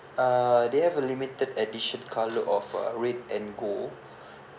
uh they have a limited edition colour of uh red and gold